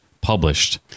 published